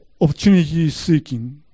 opportunity-seeking